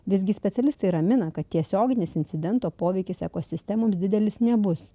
visgi specialistai ramina kad tiesioginis incidento poveikis ekosistemoms didelis nebus